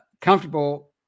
comfortable